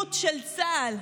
פעילות של צה"ל,